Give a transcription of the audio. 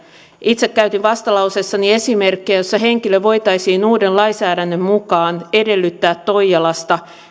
itse käytin vastalauseessani esimerkkiä jossa henkilön voitaisiin uuden lainsäädännön mukaan edellyttää menevän toijalasta